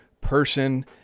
person